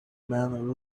men